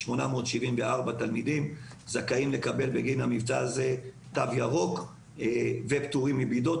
2,874 תלמידים זכאים לקבל תו ירוק בגין המבצע הזה והם פטורים מבידוד.